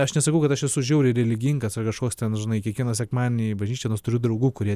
aš nesakau kad aš esu žiauriai religingas ar kažkoks ten žinai kiekvieną sekmadienį į bažnyčią nors turiu draugų kurie